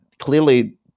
Clearly